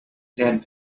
sand